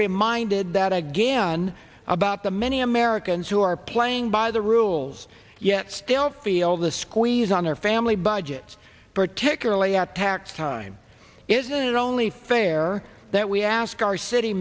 reminded that again about the many americans who are playing by the rules yet still feel the squeeze on their family budgets particularly at tax time is it only fair that we ask our city